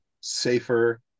safer